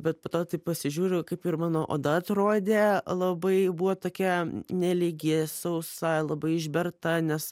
bet po to taip pasižiūriu kaip ir mano oda atrodė labai buvo tokia nelygi sausa labai išberta nes